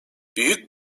büyük